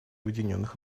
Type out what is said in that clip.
объединенных